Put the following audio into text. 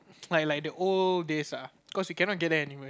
like like the old days ah cause we cannot get that anymore